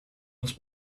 its